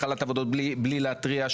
התחלת עבודות בלי להתריע,